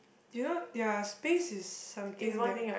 do you know ya space is something that